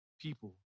people